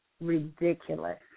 ridiculous